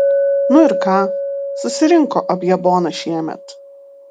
nu ir ką susirinko abjaboną šiemet